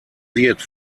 wird